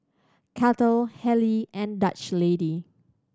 Kettle Haylee and Dutch Lady